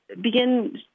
begin